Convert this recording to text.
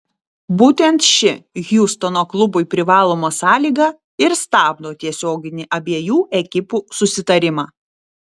būtent ši hjustono klubui privaloma sąlyga ir stabdo tiesioginį abiejų ekipų susitarimą